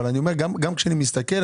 אבל אני אומר גם כשאני מסתכל,